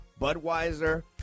Budweiser